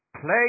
Play